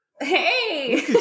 Hey